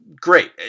Great